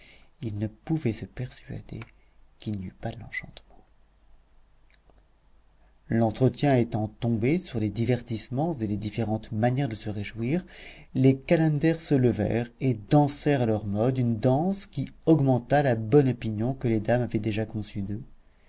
il ne pouvait se persuader qu'il n'y eût pas de l'enchantement l'entretien étant tombé sur les divertissements et les différentes manières de se réjouir les calenders se levèrent et dansèrent à leur mode une danse qui augmenta la bonne opinion que les dames avaient déjà conçue d'eux